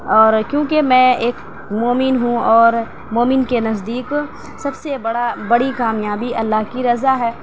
اور کیونکہ میں ایک مومن ہوں اور مومن کے نزدیک سب سے بڑا بڑی کامیابی اللّہ کی رضا ہے